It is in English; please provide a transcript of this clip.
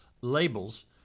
labels